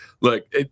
look